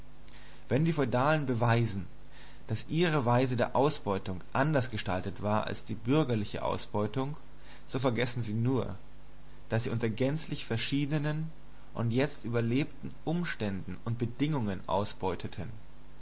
wenn die feudalen beweisen daß ihre weise der ausbeutung anders gestaltet war als die bürgerliche ausbeutung so vergessen sie nur daß sie unter gänzlich verschiedenen und jetzt überlebten umständen und bedingungen ausbeuteten